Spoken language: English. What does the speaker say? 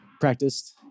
practiced